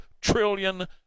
trillion